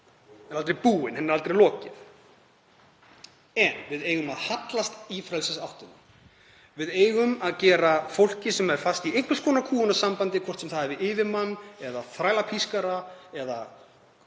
er aldrei búin, henni er aldrei lokið. En við eigum að hallast í frelsisáttina. Við eigum að gera fólki sem er fast í einhvers konar kúgunarsambandi, hvort sem það er við yfirmann eða þrælapískara eða